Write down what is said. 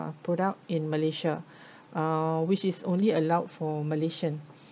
product in malaysia uh which is only allowed for malaysian